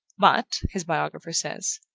but, his biographer says,